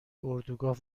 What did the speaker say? اردوگاه